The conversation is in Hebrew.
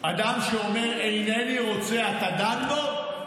אדם שאומר: אינני רוצה, אתה דן בו?